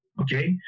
Okay